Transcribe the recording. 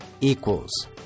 equals